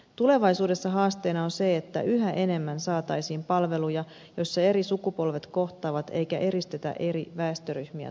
tulevaisuudessa haasteena on se että yhä enemmän saataisiin palveluja joissa eri sukupolvet kohtaavat eikä eristetä eri väestöryhmiä toisistaan